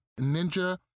Ninja